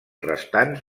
restants